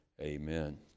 amen